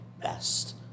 best